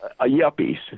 yuppies